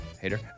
hater